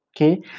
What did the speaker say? okay